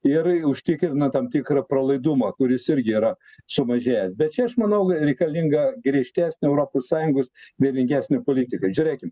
ir užtikrina tam tikrą pralaidumą kuris irgi yra sumažėjęs bet čia aš manau reikalinga griežtesnė europos sąjungos vieningesnė politika žiūrėkim